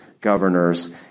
governors